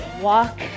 Walk